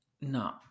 No